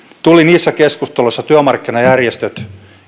tuli niissä keskusteluissa joissa työmarkkinajärjestöt